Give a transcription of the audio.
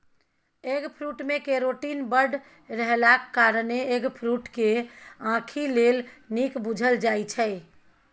eggfruit मे carotene बड़ रहलाक कारणेँ एगफ्रुट केँ आंखि लेल नीक बुझल जाइ छै